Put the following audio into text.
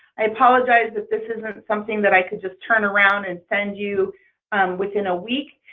i apologize that this isn't something that i could just turn around and send you within a week.